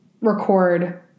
record